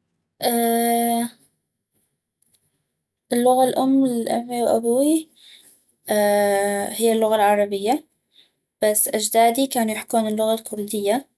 اللغة الام لامي وابوي هي اللغة العربية بس أجدادي كانو يحكون اللغة الكردية